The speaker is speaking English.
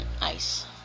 ice